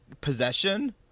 Possession